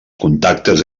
contactes